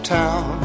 town